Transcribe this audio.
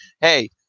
Hey